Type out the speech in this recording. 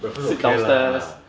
the breakfast okay lah